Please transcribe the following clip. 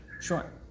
Sure